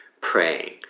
praying